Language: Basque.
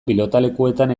pilotalekuetan